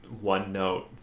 one-note